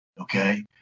Okay